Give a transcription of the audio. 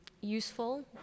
useful